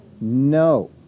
No